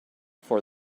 for